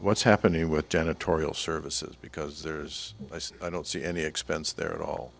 what's happening with janitorial services because there's i don't see any expense there at all